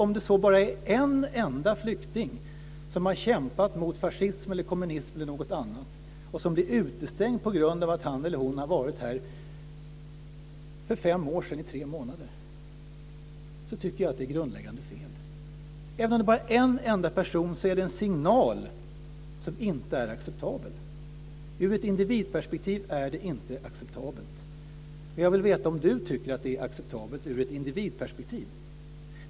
Om det så bara är en enda flykting som har kämpat mot fascism, kommunism eller något annat och som blir utestängd på grund av att han eller hon har varit här för fem år sedan i tre månader tycker jag att det är grundläggande fel. Även om det bara är en enda person är det en signal som inte är acceptabel. Ur ett individperspektiv är det inte acceptabelt. Jag vill veta om finansministern tycker att det är acceptabelt ur ett individperspektiv.